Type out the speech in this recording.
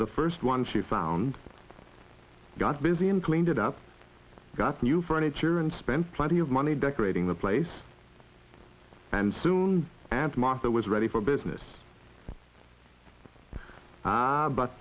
the first one she found got busy and cleaned it up got new furniture and spent plenty of money decorating the place and soon and martha was ready for business